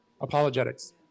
apologetics